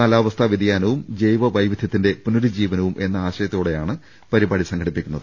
കാലാവസ്ഥാ വ്യതിയാനവും ജൈവ വൈവിധ്യത്തിന്റെ പുന രുജ്ജീവനവും എന്ന ആശയത്തോടെയാണ് പരിപാടി സംഘ ടിപ്പിക്കുന്നത്